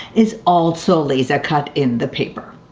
is also laser cut in the paper.